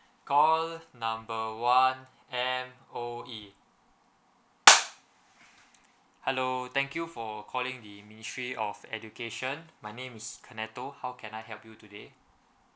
call number one M_O_E hello thank you for calling the ministry of education my name is kaneto how can I help you today